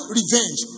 revenge